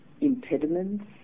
impediments